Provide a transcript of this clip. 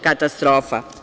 Katastrofa.